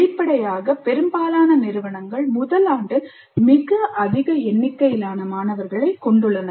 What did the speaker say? வெளிப்படையாக பெரும்பாலான நிறுவனங்கள் முதல் ஆண்டில் மிக அதிக எண்ணிக்கையிலான மாணவர்களைக் கொண்டுள்ளன